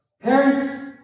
parents